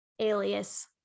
alias